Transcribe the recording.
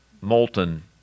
molten